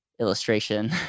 illustration